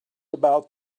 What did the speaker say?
about